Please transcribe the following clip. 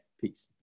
Peace